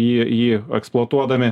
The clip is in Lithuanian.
jį jį eksploatuodami